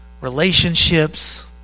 Relationships